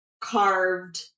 carved